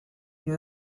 you